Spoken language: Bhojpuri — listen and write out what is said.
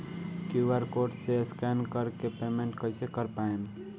क्यू.आर कोड से स्कैन कर के पेमेंट कइसे कर पाएम?